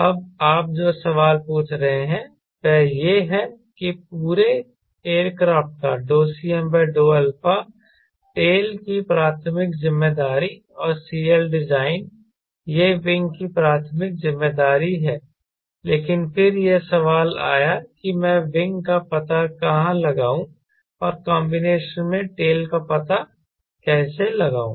अब आप जो सवाल पूछ रहे हैं वह यह है कि पूरे एयरक्राफ्ट का Cm∂α टेल की प्राथमिक जिम्मेदारी और CLdesign यह विंग की प्राथमिक जिम्मेदारी है लेकिन फिर यह सवाल आया कि मैं विंग का पता कहां लगाऊं और कॉन्बिनेशन में टेल का पता कैसे लगाऊं